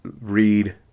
read